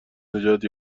نجات